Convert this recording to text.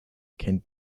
can